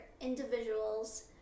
individuals